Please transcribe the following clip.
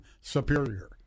Superior